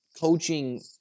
coaching